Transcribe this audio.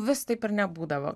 vis taip ir nebūdavo